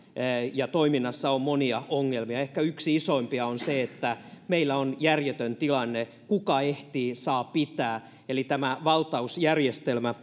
ja toiminnassa on monia ongelmia ehkä yksi isoimpia on se että meillä on järjetön tilanne se kuka ehtii saa pitää eli tämä valtausjärjestelmä